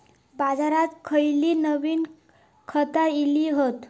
बाजारात खयली नवीन खता इली हत?